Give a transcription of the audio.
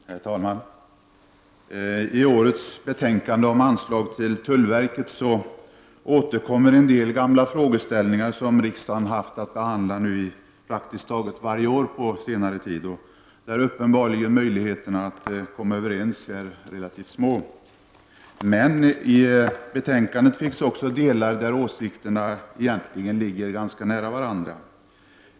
Herr talman! I årets betänkande om anslag till tullverket återkommer en del gamla frågeställningar, som riksdagen har haft att behandla praktiskt taget varje år på senare tid och där möjligheterna att komma överens uppenbarligen är relativt små. I betänkandet finns emellertid också delar där åsikterna egentligen ligger ganska nära varandra.